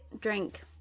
drink